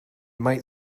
might